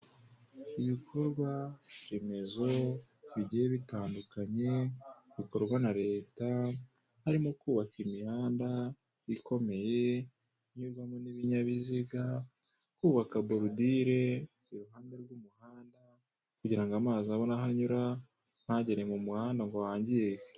Ibikorwa remezo bigiye bitangukanye bikorwa na Leta, harimo; kubaka imihanda ikomeye inyurwamo n'ibinyabiziga, kubaka borudire i ruhande rw'umuhanda kugira ngo amazi abone aho anyura, ntagere mu muhanda ngo wangirike.